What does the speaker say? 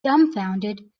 dumbfounded